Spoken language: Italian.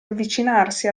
avvicinarsi